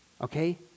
okay